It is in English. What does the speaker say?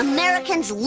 Americans